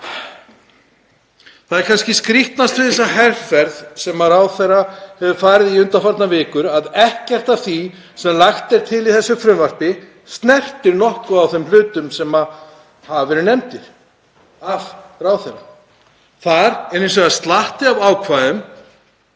Það er kannski skrýtnast við þessa herferð sem ráðherra hefur verið í undanfarnar vikur að ekkert af því sem lagt er til í þessu frumvarpi snertir nokkuð á þeim hlutum sem hafa verið nefndir af ráðherra. Þar er hins vegar slatti af ákvæðum